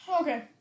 Okay